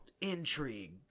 intrigue